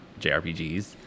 JRPGs